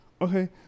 Okay